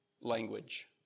language